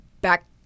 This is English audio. back